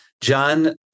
John